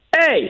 hey